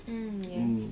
mm yes